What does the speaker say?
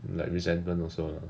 like resentment also